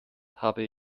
habe